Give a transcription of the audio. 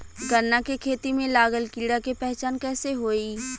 गन्ना के खेती में लागल कीड़ा के पहचान कैसे होयी?